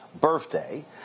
birthday